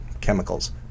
chemicals